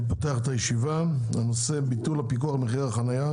אני פותח את הישיבה בנושא: ביטול הפיקוח על מחיר החנייה